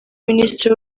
minisitiri